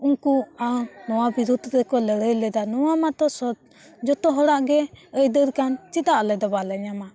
ᱩᱱᱠᱩᱣᱟᱜ ᱱᱚᱣᱟ ᱵᱤᱨᱩᱫᱽ ᱨᱮᱠᱚ ᱞᱟᱹᱲᱦᱟᱹᱭ ᱞᱮᱫᱟ ᱱᱚᱣᱟ ᱢᱟᱛᱚ ᱥᱚᱛ ᱡᱚᱛᱚ ᱦᱚᱲᱟᱜ ᱜᱮ ᱟᱹᱭᱫᱟᱹᱨ ᱠᱟᱱ ᱪᱮᱫᱟᱜ ᱟᱞᱮ ᱫᱚ ᱵᱟᱞᱮ ᱧᱟᱢᱟ